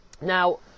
Now